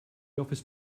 office